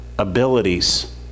Abilities